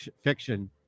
fiction